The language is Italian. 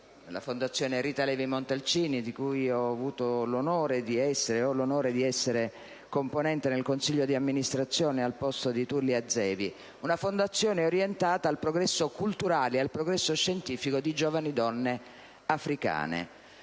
la Fondazione Rita Levi-Montalcini, di cui ho l'onore di essere componente nel consiglio d'amministrazione al posto di Tullia Zevi, una fondazione orientata al progresso culturale e scientifico di giovani donne africane.